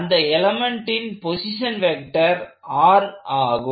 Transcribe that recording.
அந்த எலமெண்ட்டின் position vector ஆகும்